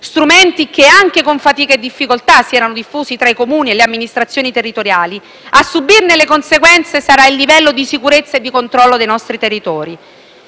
strumenti che anche con fatica e difficoltà si erano diffusi tra i Comuni e le amministrazioni territoriali, a subirne le conseguenze sarà il livello di sicurezza e di controllo dei nostri territori.